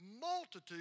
multitude